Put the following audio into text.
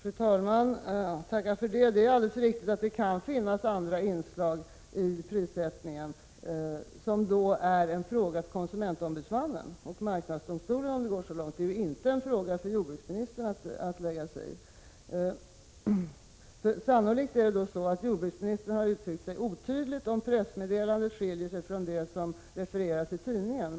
Fru talman! Jag tackar för detta. Det är alldeles riktigt att det kan finnas andra inslag i prissättningen, något som då är en fråga för konsumentombudsmannen och för marknadsdomstolen, om det går så långt. Det är inte en fråga som jordbruksministern skall lägga sig i. Sannolikt har jordbruksministern uttryckt sig otydligt, om pressmeddelandet skiljer sig från det som refererats i tidningarna.